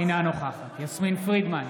אינה נוכחת יסמין פרידמן,